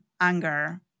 anger